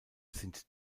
sind